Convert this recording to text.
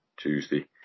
Tuesday